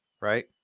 right